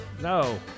No